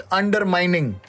undermining